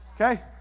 Okay